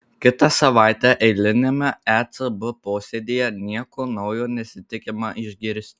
kitą savaitę eiliniame ecb posėdyje nieko naujo nesitikima išgirsti